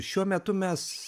šiuo metu mes